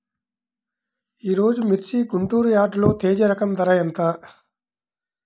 ఈరోజు మిర్చి గుంటూరు యార్డులో తేజ రకం ధర ఎంత?